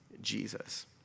Jesus